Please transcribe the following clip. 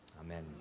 Amen